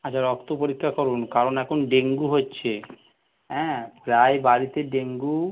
আচ্ছা রক্ত পরীক্ষা করুন কারণ এখন ডেঙ্গু হচ্ছে অ্যাঁ প্রায় বাড়িতে ডেঙ্গু